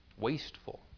wasteful